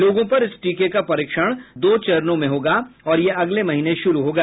लोगों पर इस टीके का परीक्षण दो चरणों में होगा और यह अगले महीने शुरू होगा